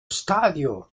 stadio